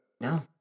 No